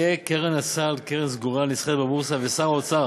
תהיה קרן הסל קרן סגורה הנסחרת בבורסה ושר האוצר